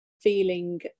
feeling